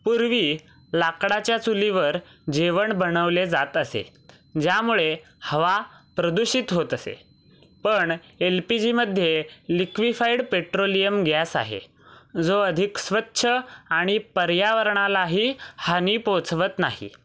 पूर्वी लाकडाच्या चुलीवर जेवण बनवले जात असे ज्यामुळे हवा प्रदूषित होत असे पण एल पी जीमध्ये लिक्विफाईड पेट्रोलियम गॅस आहे जो अधिक स्वच्छ आणि पर्यावरणालाही हानी पोचवत नाही